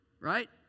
right